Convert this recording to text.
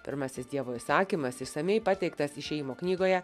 pirmasis dievo įsakymas išsamiai pateiktas išėjimo knygoje